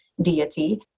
deity